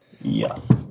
Yes